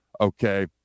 Okay